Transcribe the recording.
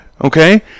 Okay